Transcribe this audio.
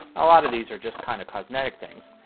a lot of these are just kind of cosmetic things.